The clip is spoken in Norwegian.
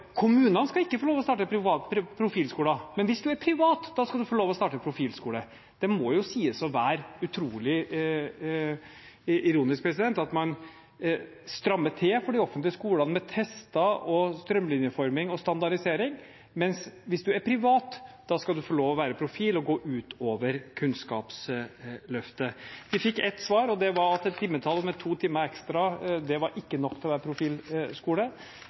kommunene ikke skal få lov til å starte profilskoler, men hvis man er privat, da skal man få lov til å starte en profilskole. Det må sies å være utrolig ironisk at man strammer til for de offentlige skolene med tester, strømlinjeforming og standardisering, men hvis man er privat, da skal man få lov til å være profilskole og gå utover Kunnskapsløftet. Vi fikk ett svar, og det var at et timetall med to timer ekstra ikke var nok til å være profilskole.